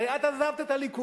הרי את עזבת את הליכוד.